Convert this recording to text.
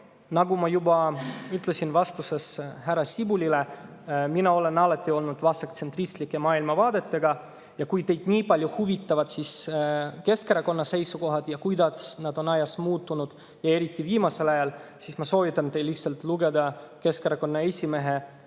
Nagu ma juba ütlesin vastuses härra Sibulale, mina olen alati olnud vasaktsentristlike maailmavaadetega. Kui teid aga nii palju huvitavad Keskerakonna seisukohad ja see, kuidas nad on ajas muutunud, eriti viimasel ajal, siis ma soovitan teil lihtsalt lugeda Keskerakonna esimehe